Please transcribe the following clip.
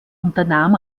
unternahm